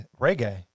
reggae